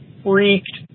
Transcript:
freaked